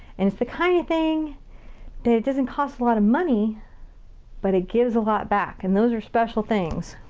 and it's the kind of thing that it doesn't cost a lot of money but it gives a lot back, and those are special things.